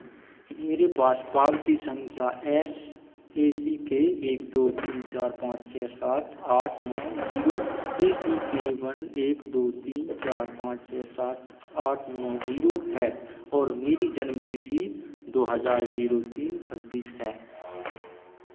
मेरे पास पावती संख्या एस ए सी के एक दो तीन चार पाँच छः सात आठ नौ zero A C K one एक दो तीन चार पाँच छः सात आठ नौ जीरो है और मेरी जन्मतिथि दो हज़ार जीरो तीन छब्बीस है